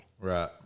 Right